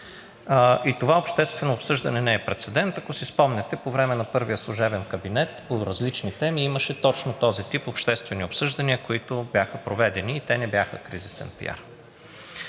Това обществено обсъждане не е прецедент. Ако си спомняте, по време на първия служебен кабинет по различни теми имаше точно този тип обществени обсъждания, които бяха проведени, и те не бяха кризисен пиар.